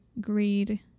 greed